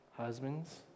Husbands